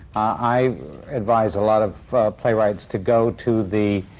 i advise a lot of playwrights to go to the